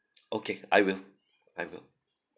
okay I will I will